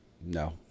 No